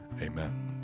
amen